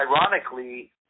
ironically